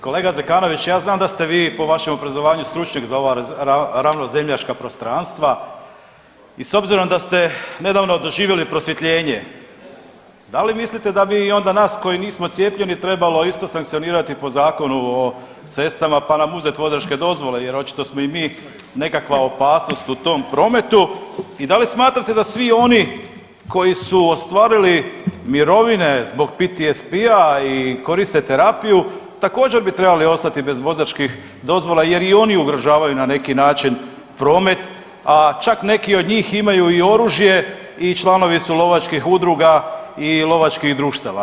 Kolega Zekanović, ja znam da ste vi po vašem obrazovanju stručnjak za ova ravnozemljaška prostranstva i s obzirom da ste nedavno doživjeli prosvjetljenje, da li mislite da bi onda nas koji nismo cijepljeni trebalo isto sankcionirati po zakonu o cestama pa nam uzeti vozačke dozvole jer očito smo i mi nekakva opasnost u tom prometu i da li smatrate da svi oni koji su ostvarili mirovine zbog PTSP-a i koriste terapiju također bi trebali ostati bez vozačkih dozvola jer i oni ugrožavaju na neki način promet, a čak neki od njih imaju i oružje i članovi su lovačkih udruga i lovačkih društava.